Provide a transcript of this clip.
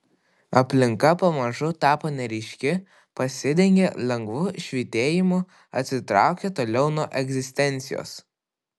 aplinka pamažu tapo neryški pasidengė lengvu švytėjimu atsitraukė toliau nuo egzistencijos